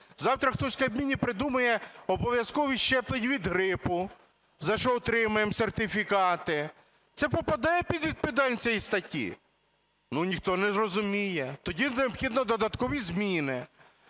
Завтра хтось в Кабміні придумає обов'язковість щеплень від грипу, за що отримаємо сертифікати. Це попадає під відповідальність цієї статті? Ну, ніхто не розуміє. Тоді необхідно додаткові зміни.